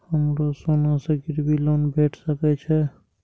हमरो सोना से गिरबी लोन भेट सके छे?